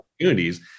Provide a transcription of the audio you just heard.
opportunities